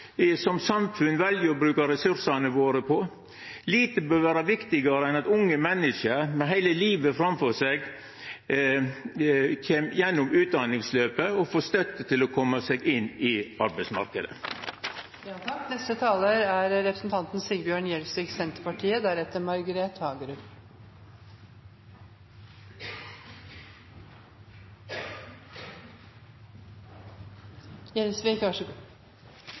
som samfunn vel å bruke ressursane våre på? Lite bør vere viktigare enn at unge menneske med heile livet framfor seg kjem gjennom utdanningsløpet og får støtte til å kome seg inn på arbeidsmarknaden. Et ordnet og velorganisert arbeidsliv er